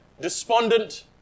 despondent